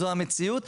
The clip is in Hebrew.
זו המציאות.